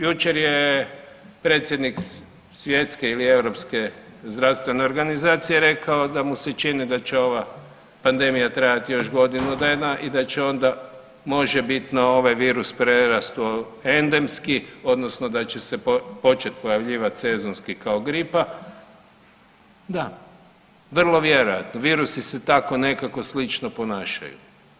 Jučer je predsjednik svjetske ili europske zdravstvene organizacije rekao da mu se čini da će ova pandemija trajati još godinu dana i da će onda možebitno ovaj virus prerasti u endemski odnosno da će se početi pojavljivat sezonski kao gripa, da vrlo vjerojatno virusi se tako nekako slično ponašaju.